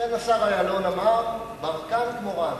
סגן השר אילון אמר: "ברקן" כמו רעננה.